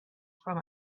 from